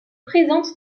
présente